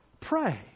pray